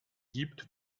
gibt